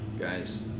guys